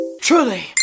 truly